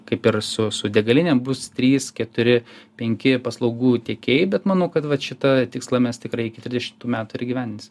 kaip ir su su degalinėm bus trys keturi penki paslaugų tiekėjai bet manau kad vat šitą tikslą mes tikrai iki trisdešimtų metų ir įgyvendinsim